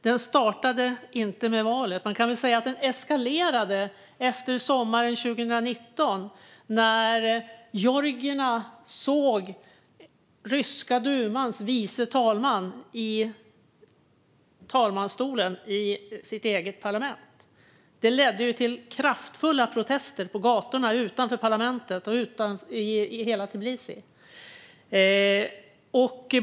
Den startade inte med valet, utan man kan säga att den eskalerade efter sommaren 2019 när georgierna såg ryska dumans vice talman i talmansstolen i parlamentet. Det ledde till kraftfulla protester på gatorna utanför parlamentet i hela Tbilisi.